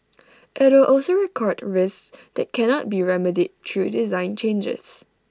IT will also record risks that cannot be remedied through design changes